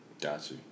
Gotcha